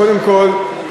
קודם כול,